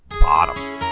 bottom